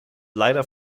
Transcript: leider